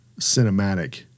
cinematic